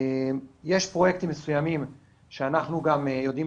יש פרויקטים מסוימים שאנחנו גם יודעים